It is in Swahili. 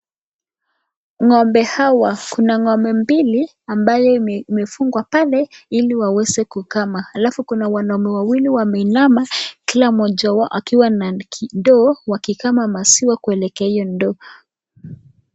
Ngombe hawa, kuna ngombe mbili ambayo imefungwa pale ili waweze kukama alafu kuna wanaume wawili wameinama kila mojs wao wakiwa na ndoo ili waweze kukama kuelekea kwa hiyo ndoo.